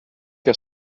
que